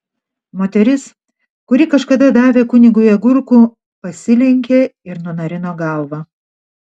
moteris kuri kažkada davė kunigui agurkų pasilenkė ir nunarino galvą